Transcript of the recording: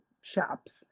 shops